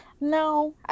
No